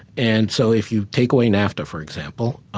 and so, if you take away nafta, for example,